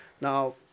Now